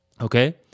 okay